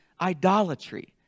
idolatry